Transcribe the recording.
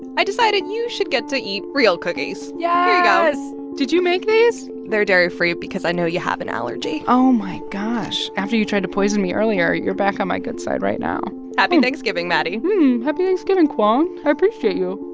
i decided you should get to eat real cookies. here yeah you go yes. did you make these? they're dairy-free because i know you have an allergy oh, my gosh. after you tried to poison me earlier, you're back on my good side right now happy thanksgiving, maddie happy thanksgiving, kwong. i appreciate you.